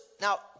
now